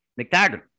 McTaggart